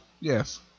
Yes